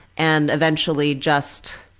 and eventually just